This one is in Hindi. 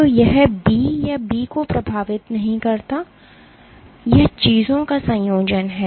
तो यह बी या बी को प्रभावित नहीं करता है यह चीजों का संयोजन है